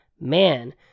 Man